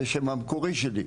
זה השם המקורי שלי,